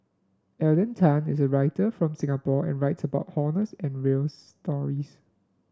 Alden Tan is a writer from Singapore and writes about honest and real stories